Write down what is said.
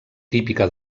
típica